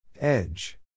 Edge